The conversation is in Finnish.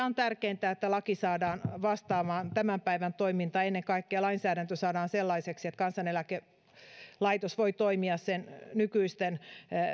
on että laki saadaan vastaamaan tämän päivän toimintaa ja ennen kaikkea lainsäädäntö saadaan sellaiseksi että kansaneläkelaitos voi toimia sen nykyisten